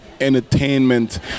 entertainment